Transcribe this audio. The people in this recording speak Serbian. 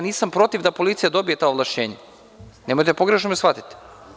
Nisam protiv da policija dobije ta ovlašćenja, nemojte pogrešno da me shvatite.